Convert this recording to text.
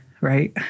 Right